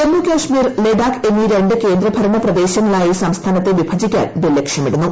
ജമ്മുകാശ്മീർ ലഡാക്ക് എന്നീ രണ്ട് കേന്ദ്രഭരണപ്രദേശങ്ങളായി സംസ്ഥാനത്തെ വിഭജിക്കാൻ ബിൽ ലക്ഷ്യമിടുന്നു